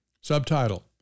Subtitle